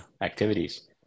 activities